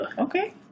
Okay